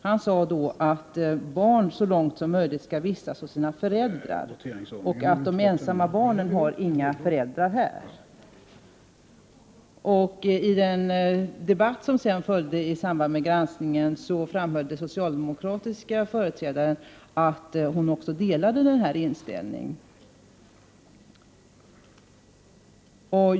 Han sade nämligen att barn så långt möjligt skall vistas hos sina föräldrar och att de ensamma barnen ju inte har några föräldrar här. I den debatt som fördes med anledning av granskningen framhöll den socialdemokratiska företrädaren att hon delade denna uppfattning.